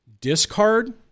Discard